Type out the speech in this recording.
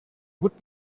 would